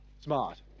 Smart